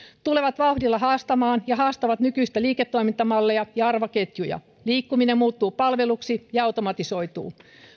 tulevat vauhdilla haastamaan ja haastavat nykyisiä liiketoimintamalleja ja arvoketjuja liikkuminen muuttuu palveluksi ja automatisoituu